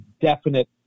definite